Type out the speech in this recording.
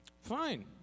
Fine